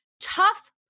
tough